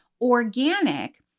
organic